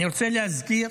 אני רוצה להזכיר